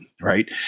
right